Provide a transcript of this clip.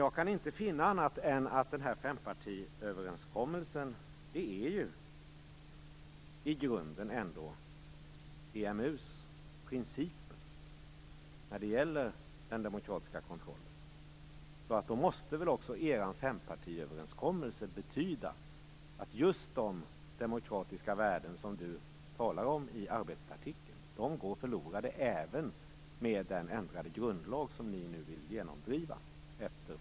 Jag kan inte finna annat än att fempartiöverenskommelsen i grunden är detsamma som EMU:s principer när det gäller den demokratiska kontrollen. Då måste väl också er fempartiöverenskommelse betyda att just de demokratiska värden som ni talar om i artikeln går förlorade även med den ändrade grundlag som ni nu vill genomdriva.